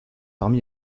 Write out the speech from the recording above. parmi